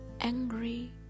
angry